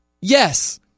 Yes